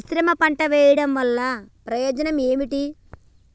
మిశ్రమ పంట వెయ్యడం వల్ల ప్రయోజనం ఏమిటి?